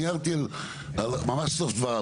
אני הערתי על ממש סוף דבריו.